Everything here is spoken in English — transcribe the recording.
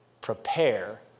prepare